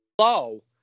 Hello